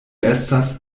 estas